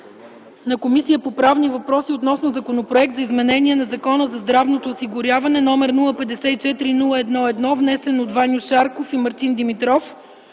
на Комисията по правни въпроси относно Законопроект за изменение на Закона за здравното осигуряване, № 054-01-1, внесен от Ваньо Шарков и Мартин Димитров.